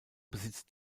besitzt